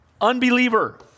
unbeliever